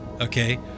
okay